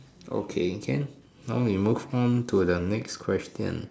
okay can now we move on to the next question